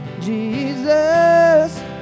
Jesus